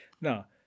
Now